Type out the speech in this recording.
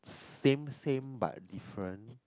same same but different